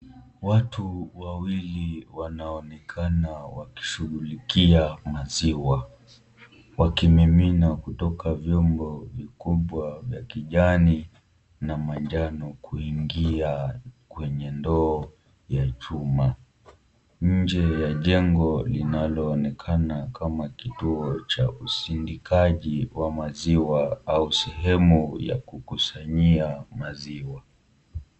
Watu wawili wanaonekana wakishughulikia maziwa, wakimimina kutoka vyombo vikubwa vya kijani na manjano kuingia kwenye ndoo ya chuma nje ya jengo linaloonekana kama kituo cha usindikaji wa maziwa au sehemu ya kukusanyia maziwa.